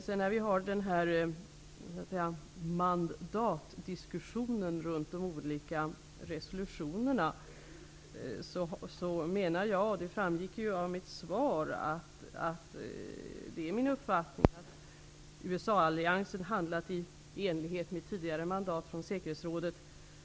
Beträffande mandatdiskussionen runt de olika resolutionerna, menar jag, vilket också framgick av mitt svar, att USA-alliansen har handlat i enlighet med tidigare mandat från säkerhetsrådet.